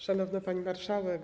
Szanowna Pani Marszałek!